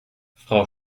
frau